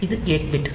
இது gate bit